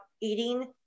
eating